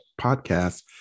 podcast